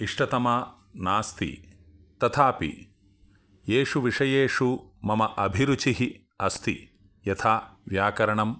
इष्टतमा नास्ति तथापि एषु विषयेषु मम अभिरुचिः अस्ति यथा व्याकरणम्